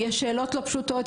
יש שאלות לא פשוטות,